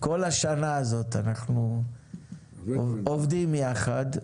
כל השנה הזאת אנחנו עובדים ביחד.